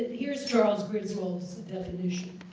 here's charles griswold's definition.